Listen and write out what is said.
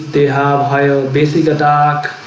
they hi hi ah basic attack.